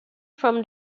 from